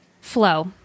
flow